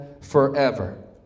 forever